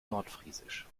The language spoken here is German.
nordfriesisch